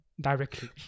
directly